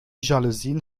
jalousien